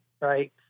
right